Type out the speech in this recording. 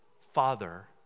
father